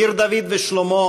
עיר דוד ושלמה,